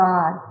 God